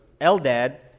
Eldad